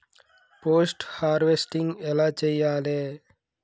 Post harvesting ఎలా చెయ్యాలే?